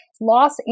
Los